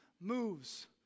moves